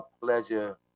pleasure